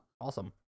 Awesome